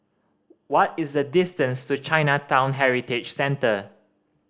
what is the distance to Chinatown Heritage Centre